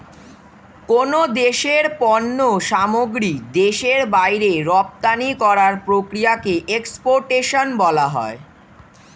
কোন দেশের পণ্য সামগ্রী দেশের বাইরে রপ্তানি করার প্রক্রিয়াকে এক্সপোর্টেশন বলা হয়